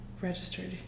registered